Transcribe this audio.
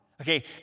Okay